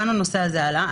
וכאן הנושא הזה עלה.